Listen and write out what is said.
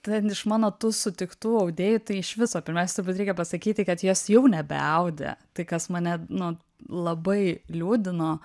ten iš mano tų sutiktų audėjų tai iš viso pirmiausia turbūt reikia pasakyti kad jos jau nebeaudė tai kas mane nu labai liūdino